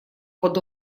под